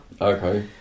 Okay